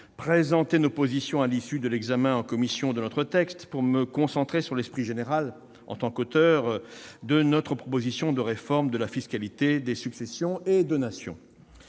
présenter nos positions à l'issue de l'examen en commission de notre texte, pour me concentrer, en tant qu'auteur, sur l'esprit général de notre proposition de réforme de la fiscalité des successions et donations.